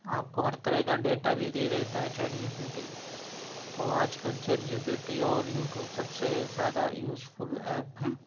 آپ کو ہر طرح کا ڈیٹا بھی دے دیتا ہے چیٹ جی پی ٹی تو آج کلچیٹ جی پی ٹی اور یو ٹیوب سب سے زیادہ یوز فل ایپ ہیں